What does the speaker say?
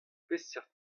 peseurt